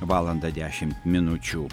valandą dešimt minučių